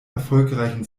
erfolgreichen